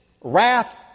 wrath